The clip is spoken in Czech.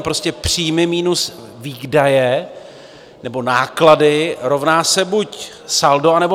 Prostě příjmy minus výdaje nebo náklady rovná se buď saldo, anebo manko.